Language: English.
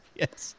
yes